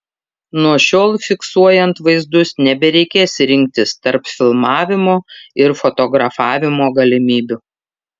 nuo šiol fiksuojant vaizdus nebereikės rinktis tarp filmavimo ir fotografavimo galimybių